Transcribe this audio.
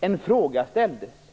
En fråga ställdes.